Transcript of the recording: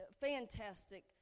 fantastic